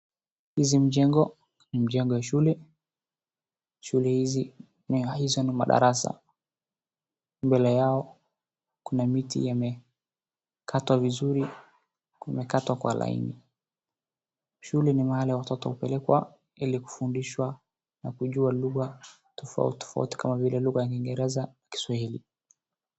Hizi mjengo ni mjengo ya shule, shule hizi, hizo ni madarasa, mbele yao kuna miti yamekatwa vizuri, yamekatwa kwa laini. Shule ni mahali watoto hupelekwa ili kufundishwa na kujua lugha tofautitofauti kama vile lugha ya kiingereza na kiswahili.